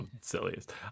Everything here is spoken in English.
Silliest